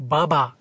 Baba